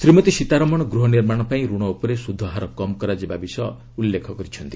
ଶ୍ରୀମତୀ ସୀତାରମଣ ଗୃହନିର୍ମାଣ ପାଇଁ ଋଣ ଉପରେ ସୁଧ ହାର କମ୍ କରାଯିବା ବିଷୟ ଉଲ୍ଲ୍ଲେଖ କରିଛନ୍ତି